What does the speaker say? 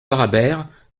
parabère